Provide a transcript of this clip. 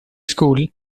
school